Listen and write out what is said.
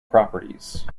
properties